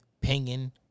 pinging